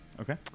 Okay